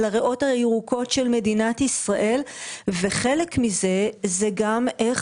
על הריאות הירוקות של מדינת ישראל וחלק מזה הוא גם איך